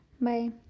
Bye